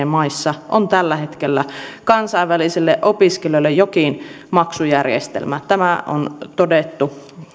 maissa on tällä hetkellä kansainvälisille opiskelijoille jokin maksujärjestelmä tämä on todettu